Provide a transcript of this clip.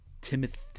Timothy